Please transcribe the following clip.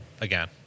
again